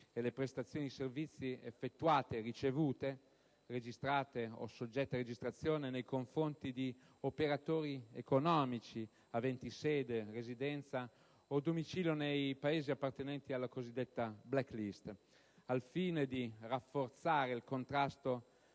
e le prestazioni di servizi effettuate e ricevute, registrate o soggette a registrazione, nei confronti di operatori economici aventi sede, residenza o domicilio nei Paesi appartenenti alla cosiddetta *black list,* al fine di rafforzare il contrasto